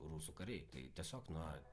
rusų kariai tai tiesiog na